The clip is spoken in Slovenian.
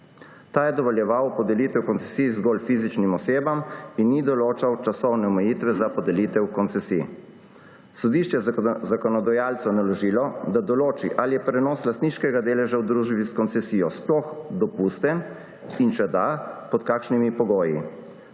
Ta je dovoljeval podelitev koncesij zgolj fizičnim osebam in ni določal časovne omejitve za podelitev koncesij. Sodišče je zakonodajalcu naložilo, da določi, ali je prenos lastniškega deleža v družbi s koncesijo sploh dopusten, in če da, pod kakšnimi pogoji.